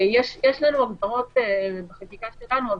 יש לנו הגדרות בחקיקה שלנו,